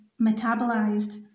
metabolized